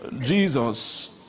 Jesus